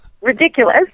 ridiculous